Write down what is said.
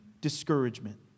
discouragement